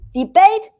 debate